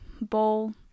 bowl